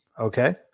okay